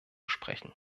sprechen